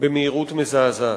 במהירות מזעזעת.